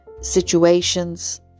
situations